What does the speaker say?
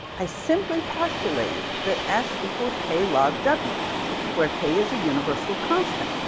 i simply postulated that s equals k log w where k is a universal constant.